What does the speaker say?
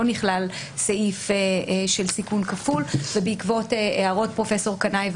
נכלל סעיף של סיכון כפול ובעקבות הערות פרופסור קנאי,